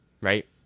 right